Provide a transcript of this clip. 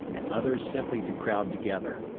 and others simply to crowd together.